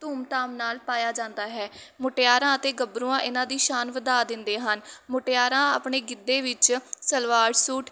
ਧੂਮ ਧਾਮ ਨਾਲ ਪਾਇਆ ਜਾਂਦਾ ਹੈ ਮੁਟਿਆਰਾਂ ਅਤੇ ਗੱਭਰੂਆਂ ਇਹਨਾਂ ਦੀ ਸ਼ਾਨ ਵਧਾ ਦਿੰਦੇ ਹਨ ਮੁਟਿਆਰਾਂ ਆਪਣੇ ਗਿੱਧੇ ਵਿੱਚ ਸਲਵਾਰ ਸੂਟ